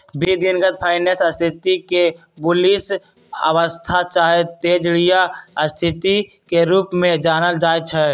बेशी दिनगत फाइनेंस स्थिति के बुलिश अवस्था चाहे तेजड़िया स्थिति के रूप में जानल जाइ छइ